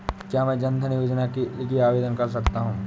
क्या मैं जन धन योजना के लिए आवेदन कर सकता हूँ?